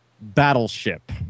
Battleship